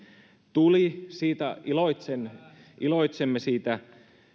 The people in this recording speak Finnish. tuli siitä iloitsen iloitsemme siitä